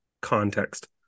context